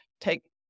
take